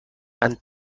han